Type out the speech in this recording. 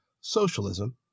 socialism